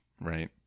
right